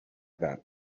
that